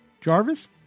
Jarvis